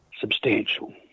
substantial